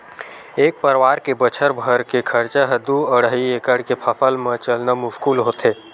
एक परवार के बछर भर के खरचा ह दू अड़हई एकड़ के फसल म चलना मुस्कुल होथे